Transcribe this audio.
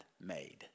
made